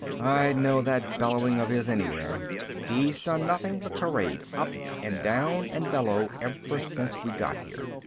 i'd know that bellowing of his anywhere. he's done nothing but parade up and down and bellow ever since we got here.